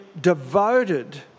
devoted